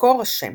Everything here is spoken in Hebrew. מקור השם